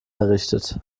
errichtet